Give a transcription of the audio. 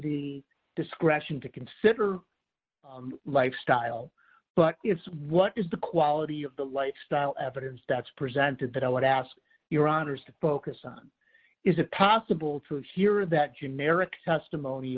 the discretion to consider lifestyle but it's what is the quality of the lifestyle evidence that's presented that i would ask your honour's to focus on is it possible to hear that generic testimony